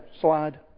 slide